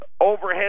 overhead